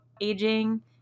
aging